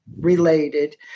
related